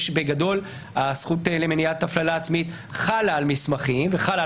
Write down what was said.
בגדול הזכות למניעת הפללה עצמית חלה על מסמכים וחלה על